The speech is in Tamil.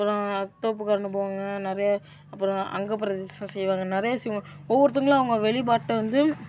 அப்பறம் தோப்புகரணம் போடுவாங்கள் நிறைய அப்பறம் அங்கப்பிரதட்சணம் செய்வாங்கள் நிறையா செய்வாங்கள் ஒவ்வொருத்தங்களும் அவங்க வளிபாட்ட வந்து